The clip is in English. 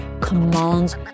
commands